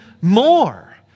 more